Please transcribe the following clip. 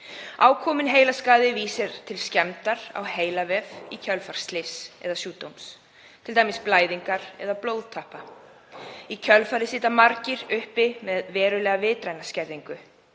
Ákominn heilaskaði vísar til skemmdar á heilavef í kjölfar slyss eða sjúkdóms, t.d. blæðingar eða blóðtappa. Í kjölfarið sitja margir uppi með verulega vitræna skerðingu.